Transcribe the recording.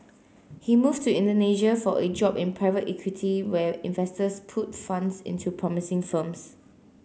he moved to Indonesia for a job in private equity where investors put funds into promising firms